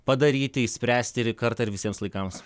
padaryti išspręsti ir kartą ir visiems laikams